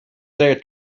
they